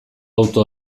auto